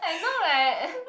I know right